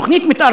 תוכנית מתאר,